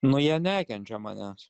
nu jie nekenčia manęs